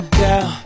girl